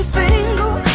single